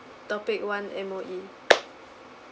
topic one M_O_E